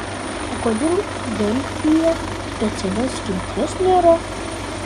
o kodėl delfyje specialios skilties nėra